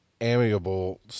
amiable